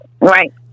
Right